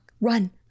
run